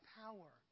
power